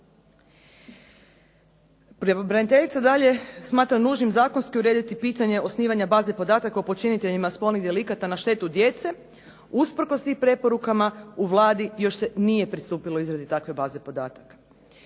Pravobraniteljica dalje smatra nužnim zakonski urediti pitanje osnivanje baze podataka o počiniteljima spolnih delikata na štetu djece. Usprkos tim preporukama u Vladi još se nije pristupilo izradi takve baze podataka.